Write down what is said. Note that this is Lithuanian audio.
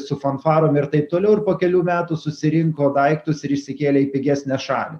su fanfarom ir taip toliau ir po kelių metų susirinko daiktus ir išsikėlė į pigesnę šalį